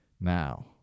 Now